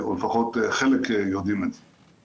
או לפחות חלק יודעים את זה.